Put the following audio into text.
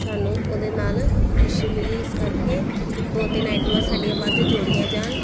ਸਾਨੂੰ ਉਹਦੇ ਨਾਲ ਖੁਸ਼ੀ ਮਿਲੀ ਇਸ ਕਰਕੇ ਦੋ ਤਿੰਨ ਆਈਟਮਾਂ ਸਾਡੀਆਂ ਵੱਧ ਜੋੜੀਆਂ ਜਾਣ